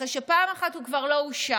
אחרי שפעם אחת הוא כבר לא אושר,